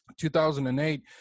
2008